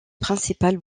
principale